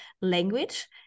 language